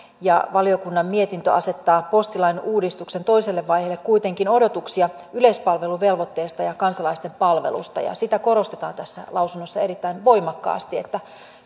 valiokunnan mietintö asettaa postilain uudistuksen toiselle vaiheelle kuitenkin odotuksia yleispalveluvelvoitteesta ja kansalaisten palvelusta ja sitä korostetaan tässä lausunnossa erittäin voimakkaasti että